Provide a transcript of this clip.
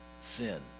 sin